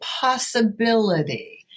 possibility